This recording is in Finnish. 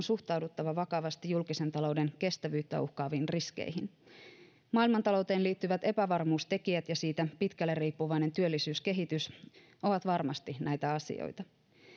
suhtauduttava vakavasti julkisen talouden kestävyyttä uhkaaviin riskeihin maailmantalouteen liittyvät epävarmuustekijät ja siitä pitkälle riippuvainen työllisyyskehitys ovat varmasti näitä asioita